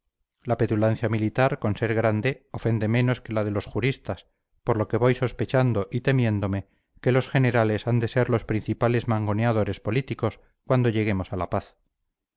la petulancia militar con ser grande ofende menos que la de los juristas por lo que voy sospechando y temiéndome que los generales han de ser los principales mangoneadores políticos cuando lleguemos a la paz